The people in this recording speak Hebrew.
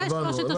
זה שלושת השלבים.